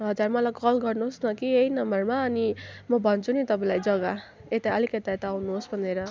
हजुर मलाई कल गर्नुहोस् न कि यही नम्बरमा अनि म भन्छु नि तपाईँलाई जग्गा यता अलिकता यता आउनुहोस् भनेर